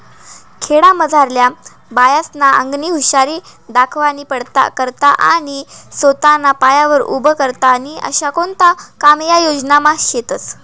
खेडामझारल्या बायास्ना आंगनी हुशारी दखाडानी करता आणि सोताना पायावर उभं राहता ई आशा कोणता कामे या योजनामा शेतस